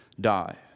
die